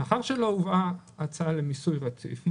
מאחר ולא הובאה הצעה למיסוי רציף,